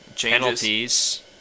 penalties